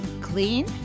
clean